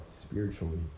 spiritually